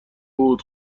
بود